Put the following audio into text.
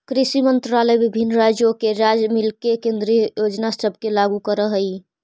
कृषि मंत्रालय विभिन्न राज्यों के साथ मिलके केंद्रीय योजना सब के लागू कर हई